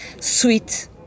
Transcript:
sweet